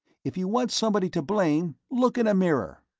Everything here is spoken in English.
if you want somebody to blame, look in a mirror!